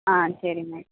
ஆ சரி மேம்